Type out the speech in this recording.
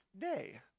day